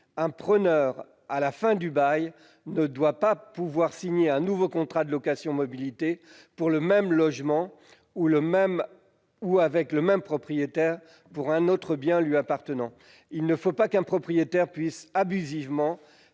un preneur à la fin du bail ne doit pas pouvoir signer un nouveau contrat de location mobilité pour le même logement ou avec le même propriétaire pour un autre bien lui appartenant. Il ne faut pas qu'un propriétaire puisse abusivement